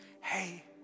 Hey